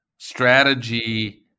strategy